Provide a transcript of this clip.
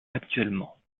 actuellement